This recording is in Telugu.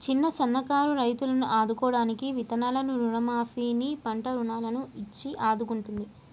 చిన్న సన్న కారు రైతులను ఆదుకోడానికి విత్తనాలను రుణ మాఫీ ని, పంట రుణాలను ఇచ్చి ఆడుకుంటుంది